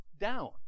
down